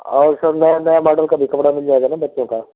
और सर नया नया माडल का भी कपड़ा मिल जाएगा न बच्चों का